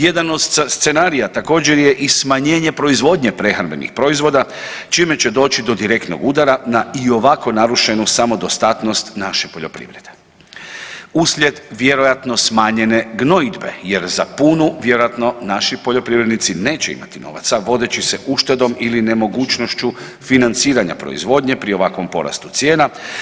Jedan od scenarija također je i smanjenje proizvodnje prehrambenih proizvoda čime će doći do direktnog udara na i ovako narušenu samodostatnost naše poljoprivrede uslijed vjerojatno smanjene gnojidbe jer za punu vjerojatno naši poljoprivrednici neće imati novaca vodeći se uštedom ili nemogućnošću financiranja proizvodnje pri ovakvom porastu cijena.